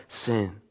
sin